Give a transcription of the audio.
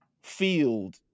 field